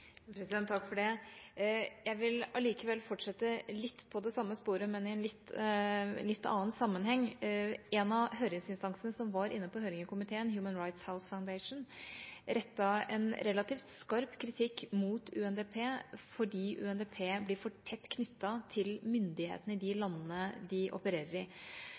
Jeg vil allikevel fortsette litt i det samme sporet, men i en litt annen sammenheng: En av instansene som var på høring i komiteen, Human Rights House Foundation, rettet relativt skarp kritikk mot UNDP fordi organisasjonen blir for tett knyttet til myndighetene i de landene de opererer i.